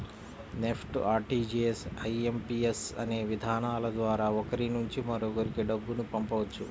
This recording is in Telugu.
నెఫ్ట్, ఆర్టీజీయస్, ఐ.ఎం.పి.యస్ అనే విధానాల ద్వారా ఒకరి నుంచి మరొకరికి డబ్బును పంపవచ్చు